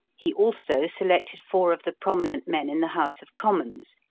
he also selected four of the prominent men in the house of commons,